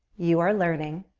you are learning.